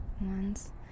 ones